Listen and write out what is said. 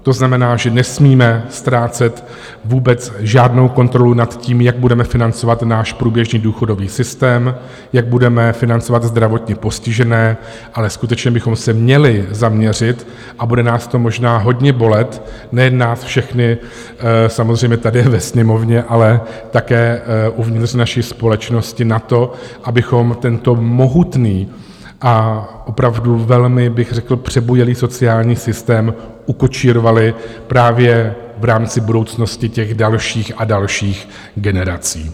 To znamená, že nesmíme ztrácet vůbec žádnou kontrolu nad tím, jak budeme financovat náš průběžný důchodový systém, jak budeme financovat zdravotně postižené, ale skutečně bychom se měli zaměřit, a bude nás to možná hodně bolet nejen nás, všechny samozřejmě tady ve Sněmovně, ale také uvnitř naší společnosti, na to, abychom tento mohutný a opravdu velmi bych řekl přebujelý sociální systém ukočírovali právě v rámci budoucnosti dalších a dalších generací.